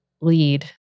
lead